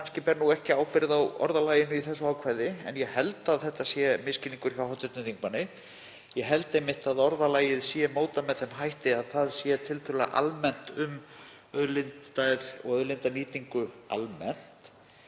Ég ber kannski ekki ábyrgð á orðalaginu í þessu ákvæði en ég held að þetta sé misskilningur hjá hv. þingmanni. Ég held einmitt að orðalagið sé mótað með þeim hætti að það sé tiltölulega almennt um auðlindir og auðlindanýtingu.